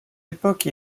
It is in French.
époque